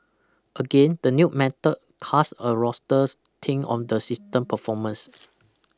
again the new method cast a rosters tint on the system's performance